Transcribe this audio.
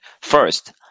first